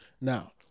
Now